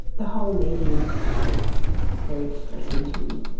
the whole meeting is very distressing to me.